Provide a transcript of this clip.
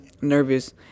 nervous